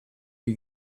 you